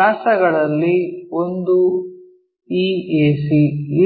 ವ್ಯಾಸಗಳಲ್ಲಿ ಒಂದು ಈ AC